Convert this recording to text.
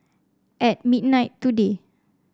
at midnight today